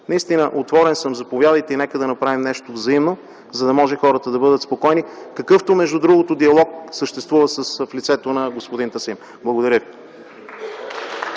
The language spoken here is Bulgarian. Наистина, отворен съм, заповядайте и нека да направим нещо взаимно, за да може хората да бъдат спокойни, какъвто диалог съществува в лицето на господин Тасим. Благодаря.